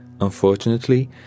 Unfortunately